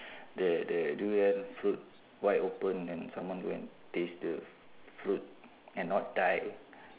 the the durian fruit wide open then someone go and taste the fruit and not die